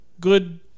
Good